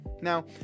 Now